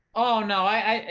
oh no, i, i,